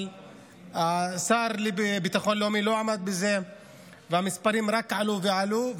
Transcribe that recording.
אבל השר לביטחון לאומי לא עמד בזה והמספרים רק עלו ועלו.